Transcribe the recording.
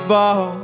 Ball